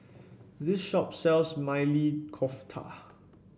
this shop sells Maili Kofta